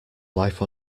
life